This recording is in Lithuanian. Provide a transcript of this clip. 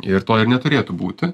ir to ir neturėtų būti